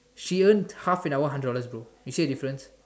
she earn half an hour hundred dollars bro you see the difference